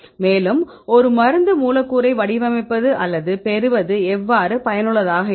மேலும் ஒரு மருந்து மூலக்கூறை வடிவமைப்பது அல்லது பெறுவது எவ்வாறு பயனுள்ளதாக இருக்கும்